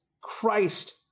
Christ